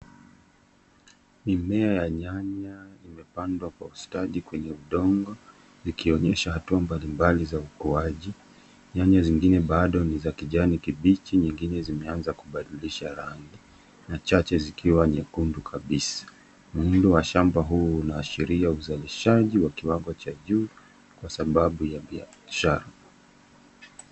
Mimea ya nyanya imepandwa kwa ustadi kwenye udongo vikionyesha hatua mbalimbali za ukuwaji. Nyanya zingine bado za kijani kibichi nyingine zimeanza kubadilisha rangi na chache zikiwa nyekundu kabisa. Muundo wa shamba huu unaashiria uzalishaji wa kiwango cha juu kwa sababu ya biashara.